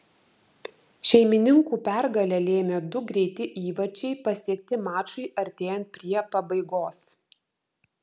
šeimininkų pergalę lėmė du greiti įvarčiai pasiekti mačui artėjant prie pabaigos